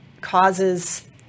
causes